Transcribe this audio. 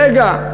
רגע,